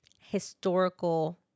historical